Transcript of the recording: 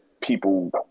people